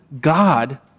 God